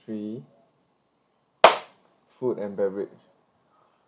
three food and beverage